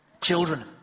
Children